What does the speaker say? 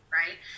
right